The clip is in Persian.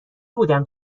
بود